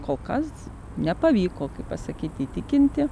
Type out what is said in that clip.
kol kas nepavyko pasakyti įtikinti